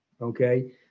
okay